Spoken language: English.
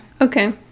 Okay